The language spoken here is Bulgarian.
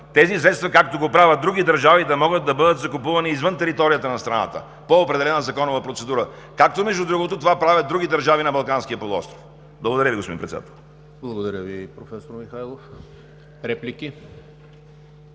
тези средства, както го правят други държави, да могат да бъдат закупувани извън територията на страната по определена законова процедура, както, между другото, това правят други държави на Балканския полуостров. Благодаря Ви, господин Председател. ПРЕДСЕДАТЕЛ ЕМИЛ ХРИСТОВ: Благодаря Ви, професор Михайлов. Реплики?